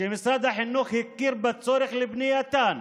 ומשרד החינוך הכיר בצורך בבנייתן,